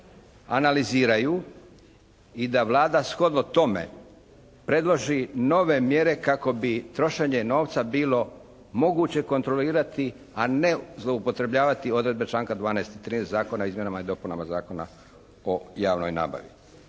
analiziraju i da Vlada shodno tome predloži nove mjere kako bi trošenje novca bilo moguće kontrolirati a ne zloupotrebljavati odredbe članka 12. i 13. Zakona o izmjenama i dopunama Zakona o javnoj nabavi.